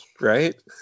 right